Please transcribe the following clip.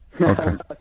Okay